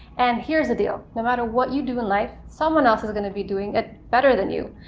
and here's the deal no matter what you do in life someone else is going to be doing it better than you,